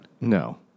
No